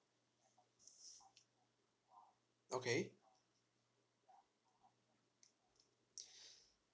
okay